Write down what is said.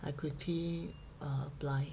I quickly uh apply